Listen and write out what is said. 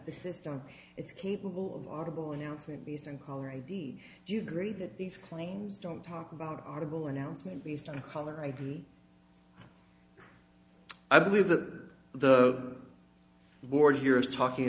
the system is capable of audible announcement based on caller id do you agree that these claims don't talk about audible announcement based on caller id i believe that the board here is talking